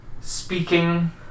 speaking